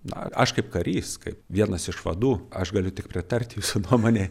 na aš kaip karys kaip vienas iš vadų aš galiu tik pritart jūsų nuomonei